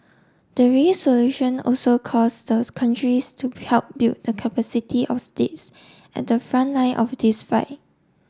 the solution also calls those countries to help build the capacity of states at the front line of this fight